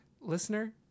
listener